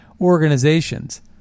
organizations